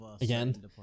Again